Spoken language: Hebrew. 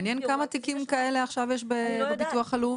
מעניין כמה תיקים כאלה יש עכשיו בביטוח הלאומי.